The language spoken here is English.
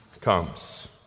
comes